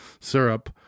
syrup